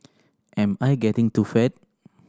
am I getting too fat